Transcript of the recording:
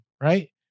Right